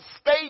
state